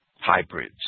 Hybrids